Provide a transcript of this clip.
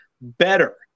better